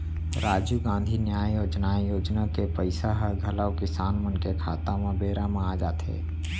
राजीव गांधी न्याय योजनाए योजना के पइसा ह घलौ किसान मन के खाता म बेरा म आ जाथे